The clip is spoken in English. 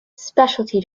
specialty